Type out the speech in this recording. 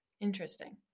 interesting